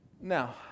Now